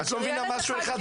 את לא מבינה משהו אחד,